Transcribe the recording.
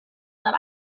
that